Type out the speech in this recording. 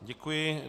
Děkuji.